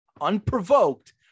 unprovoked